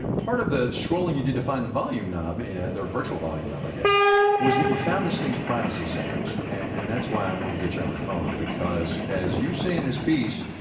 ah part of the scrolling you did to find the volume knob ah the virtual volume knob, i guess was that you found this thing's privacy settings. and that's why i wanted to get you on the phone, because as you say in this piece,